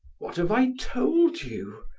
what have i told you?